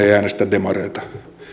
ei äänestä demareita